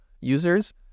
users